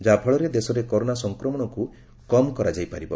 ଯା'ଫଳରେ ଦେଶରେ କରୋନା ସଂକ୍ରମଣକୁ କମ୍ କରାଯାଇ ପାରିବ